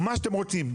מה שאתם רוצים,